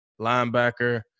linebacker